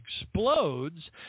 explodes